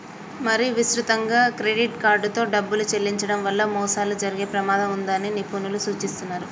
మరీ విస్తృతంగా క్రెడిట్ కార్డుతో డబ్బులు చెల్లించడం వల్ల మోసాలు జరిగే ప్రమాదం ఉన్నదని నిపుణులు సూచిస్తున్నరు